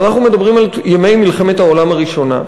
אנחנו מדברים על ימי מלחמת העולם הראשונה.